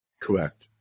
Correct